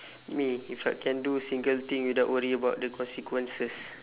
me if I can do a single thing without worry about the consequences